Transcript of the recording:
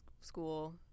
school